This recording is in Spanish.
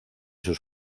sus